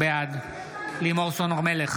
בעד לימור סון הר מלך,